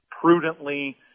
prudently